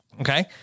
Okay